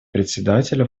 председателя